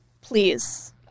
please